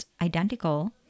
identical